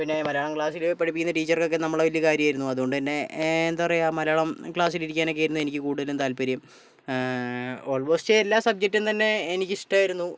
പിന്നെ മലയാളം ക്ലാസ്സിൽ പഠിപ്പിക്കുന്ന ടീച്ചറെയൊക്കെ നമ്മളെ വലിയ കാര്യമായിരുന്നു അതുകൊണ്ടുത്തന്നെ എന്താ പറയുക മലയാളം ക്ലാസ്സിൽ ഇരിക്കാനൊക്കെയായിരുന്നു എനിക്ക് കൂടുതലും താത്പര്യം ഓൾമോസ്റ്റ് എല്ലാ സബ്ജക്റ്റും തന്നെ എനിക്ക് ഇഷ്ടമായിരുന്നു